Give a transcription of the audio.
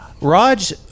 Raj